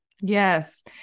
Yes